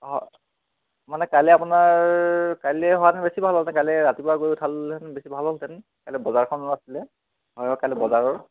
হ মানে কাইলৈ আপোনাৰ কাইলৈ হোৱাহেঁতেন বেছি ভাল হ'লহেঁতেন কাইলৈ ৰাতিপুৱা গৈ উঠালোহেতেঁন বেছি ভাল হ'লহেঁতেন কাইলৈ বজাৰখনো আছিলে ঘৰৰ কাইলৈ বজাৰৰ